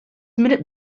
minute